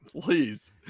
Please